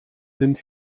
sind